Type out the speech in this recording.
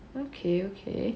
okay okay